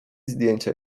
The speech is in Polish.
zdjęcia